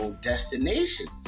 destinations